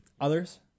others